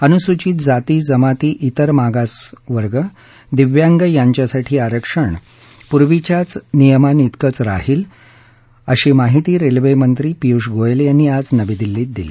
अनुसूचित जाती जमाती इतर मागासवर्ग दिव्यांग यांच्यासाठी आरक्षण पूर्वीच्यानियमांइतकेच राहीलं अशी माहिती रेल्वेमंत्री पियुष गोयल यांनी आज नवी दिल्ली इथं दिली